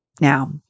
Now